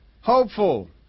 Hopeful